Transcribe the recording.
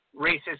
racist